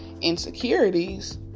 insecurities